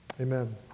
Amen